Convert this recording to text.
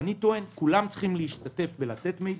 אני טוען שכולם צריכים להשתתף במתן מידע,